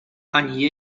ani